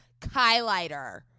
Kylighter